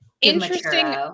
interesting